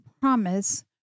promise